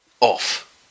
off